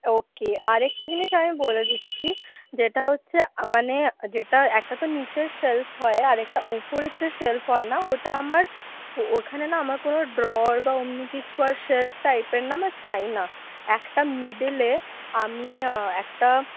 ওকে আর একটা জিনিস আমি বলে দিচ্ছি যেটা হচ্ছে মানে যেটা একটা তো নিচের শেল্ফ হয় আর একটা উপরের যে শেল্ফ হয় না ওটা আমার ওইখানে আমার কোনো ড্রয়ার বা ওমনি কিছু শেল্ফ টাইপের না আমার চাই না একটা মিডিলে আমি একটা